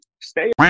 stay